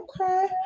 Okay